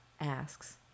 asks